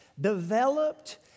developed